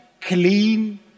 clean